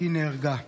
והיא נהרגה.